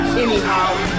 anyhow